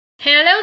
Hello